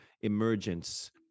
emergence